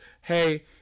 hey